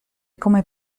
come